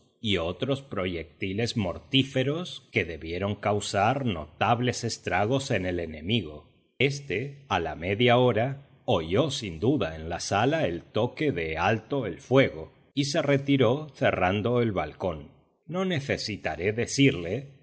y otros proyectiles mortíferos que debieron causar notables estragos en el enemigo éste a la media hora oyó sin duda en la sala el toque de alto el fuego y se retiró cerrando el balcón no necesitaré decirle